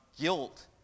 guilt